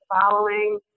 following